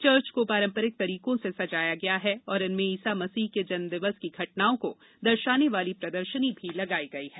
church को पारम्परिक तरिकों से सजाया गया है और इनमें ईसा मसीह की जन्म दिवस की घटनाओं को दर्शाने वाली प्रदर्शनी भी लगाई गई है